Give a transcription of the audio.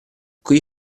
qui